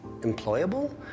employable